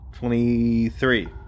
Twenty-three